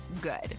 good